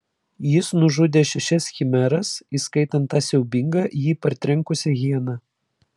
jis nužudė šešias chimeras įskaitant tą siaubingą jį partrenkusią hieną